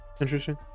Interesting